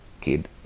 kid